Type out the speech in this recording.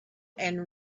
and